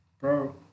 bro